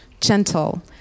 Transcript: gentle